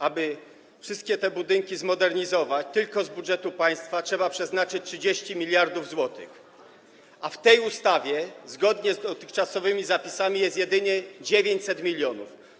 Aby wszystkie te budynki zmodernizować, tylko z budżetu państwa trzeba przeznaczyć 30 mld zł, a w tej ustawie zgodnie z dotychczasowymi zapisami jest jedynie 900 mln.